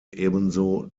ebenso